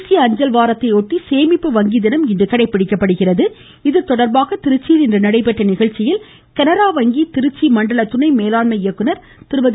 தேசிய அஞ்சல் வாரத்தையொட்டி சேமிப்பு வங்கி தினம் இன்று கடைபிடிக்கப்படுகிறது இதுதொடா்பாக திருச்சியில் இன்று நடைபெற்ற நிகழ்ச்சியில் கனரா வங்கி திருச்சி மண்டல துணை மேலாண்மை இயக்குநர் திருமதி